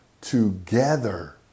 together